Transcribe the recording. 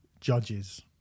judges